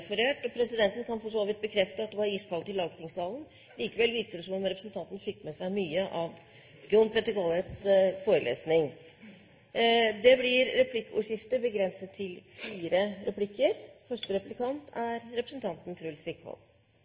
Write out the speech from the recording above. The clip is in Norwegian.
Presidenten kan for så vidt bekrefte at det var iskaldt i lagtingssalen. Likevel virker det som om representanten fikk med seg mye av John Peter Colletts forelesning! Det blir replikkordskifte. Jeg må bare få lov til